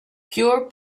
pure